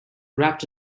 wrapped